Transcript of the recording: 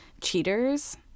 Cheaters